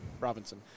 Robinson